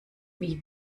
wie